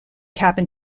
cabin